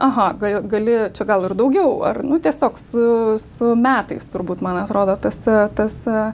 aha gal gali čia gal ir daugiau ar nu tiesiog su su metais turbūt man atrodo tas tas